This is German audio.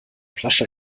flasche